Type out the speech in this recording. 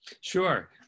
Sure